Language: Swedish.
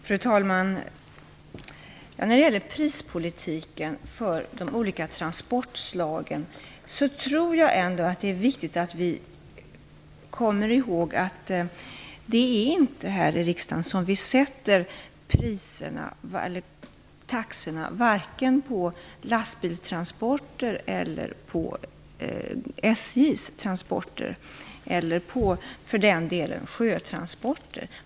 Fru talman! När det gäller prispolitiken för de olika transportslagen tror jag det är viktigt att vi kommer ihåg att det inte är här i riksdagen som vi sätter taxorna på vare sig lastbilstransporter eller på SJ:s transporter, eller för den delen på sjötransporter.